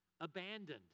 abandoned